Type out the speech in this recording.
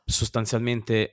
sostanzialmente